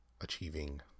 achieving